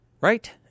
Right